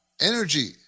Energy